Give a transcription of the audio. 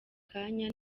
kanya